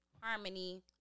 harmony